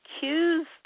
cues